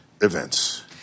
events